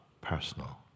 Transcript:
personal